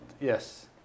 Yes